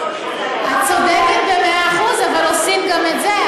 את צודקת במאה אחוז, אבל עושים גם את זה.